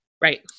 Right